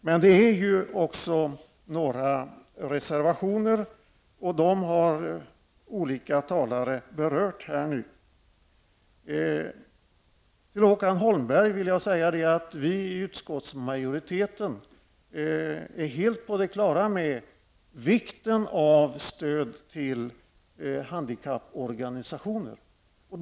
Men det finns ju också några reservationer och dem har olika talare berört här. Till Håkan Holmberg vill jag säga att vi i utskottsmajoriteten är helt på det klara med vikten av stöd till handikapporganisationer.